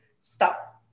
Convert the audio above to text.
stop